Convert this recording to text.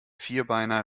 vierbeiner